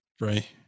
Right